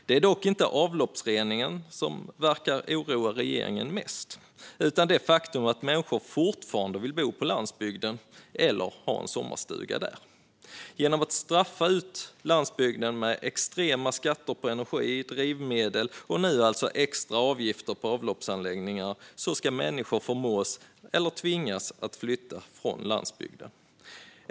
Det är dock inte avloppsreningen som verkar oroa regeringen mest utan det faktum att människor fortfarande vill bo på landsbygden eller ha en sommarstuga där. Genom att straffa ut landsbygden med extrema skatter på energi och drivmedel, och nu alltså även extra avgifter för avloppsanläggningar, ska människor förmås - eller tvingas - flytta från landsbygden.